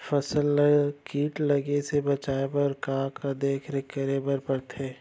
फसल ला किट लगे से बचाए बर, का का देखरेख करे बर परथे?